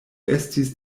estis